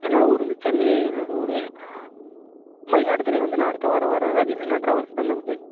என்னோடய ஊர் வந்து சென்னை என்னோடய ஊர் மயிலாடுதுறை வந்து நான் அடுத்த வாரம் வரேன் ரதி மீனா ட்ராவல்ஸ் தானே இது